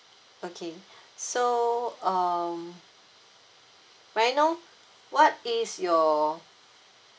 okay so um may I know what is your